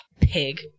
Pig